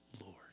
Lord